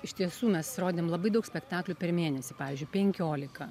iš tiesų mes rodėm labai daug spektaklių per mėnesį pavyzdžiui penkiolika